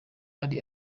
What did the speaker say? ari